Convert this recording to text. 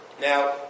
Now